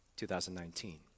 2019